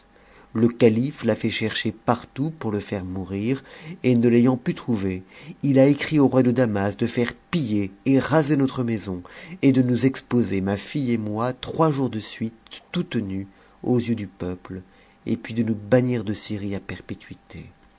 le calife l'a fait chercher partout pour le faire mourir et ne l'ayant pu trouver il a écrit au roi de damas de faire piller et raser notre maison et de nous exposer ma fille et moi trois jours de suite toutes nues aux yeux du peuple et puis de nous bannir de syrie à perpétuité